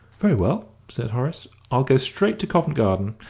very well, said horace i'll go straight to covent garden,